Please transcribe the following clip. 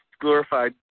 glorified